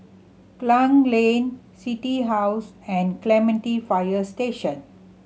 Klang Lane City House and Clementi Fire Station